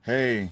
Hey